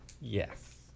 Yes